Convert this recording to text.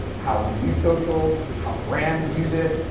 how we use social, how brands use it,